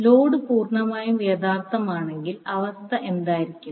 load പൂർണ്ണമായും യഥാർത്ഥമാണെങ്കിൽ അവസ്ഥ എന്തായിരിക്കും